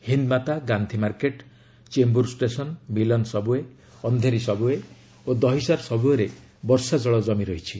Hindmata Gandhi market Chembur station Milan subway Andheri subway ଓ Dahisar subway ରେ ବର୍ଷାଜଳ ଜମି ରହିଛି